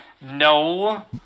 No